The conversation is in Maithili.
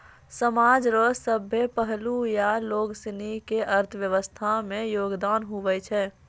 समाज रो सभ्भे पहलू या लोगसनी के अर्थव्यवस्था मे योगदान हुवै छै